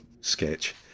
sketch